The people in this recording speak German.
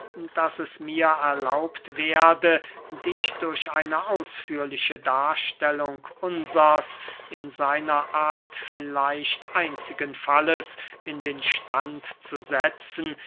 daß es mir erlaubt werde dich durch eine ausführliche darstellung unsers in seiner art vielleicht einzigen falles in den stand zu setzen